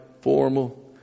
formal